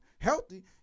healthy